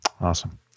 Awesome